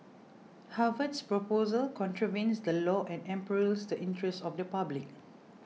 Harvard's proposal contravenes the law and imperils the interest of the public